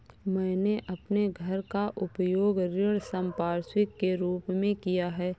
मैंने अपने घर का उपयोग ऋण संपार्श्विक के रूप में किया है